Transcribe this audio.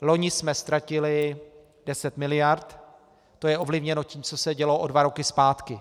Loni jsme ztratili 10 mld., to je ovlivněno tím, co se dělo o dva roky zpátky.